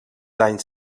anys